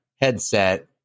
headset